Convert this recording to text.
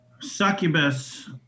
succubus